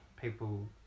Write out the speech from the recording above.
people